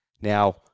Now